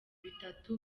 bitatu